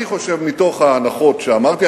אני חושב שמתוך ההנחות שאמרתי,